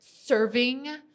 serving